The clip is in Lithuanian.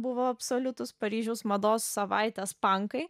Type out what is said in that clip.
buvo absoliutūs paryžiaus mados savaitės pankai